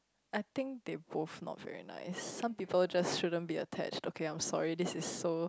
I think they both not very nice some people just shouldn't be attached okay I'm sorry this is so